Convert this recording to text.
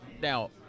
Now